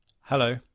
Hello